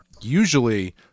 usually